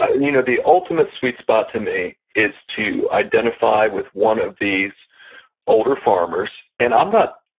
ah and you know the ultimate sweet spot to me is to identify with one of these older farmers, and i'm not,